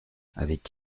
avait